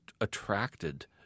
attracted